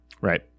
Right